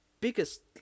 biggest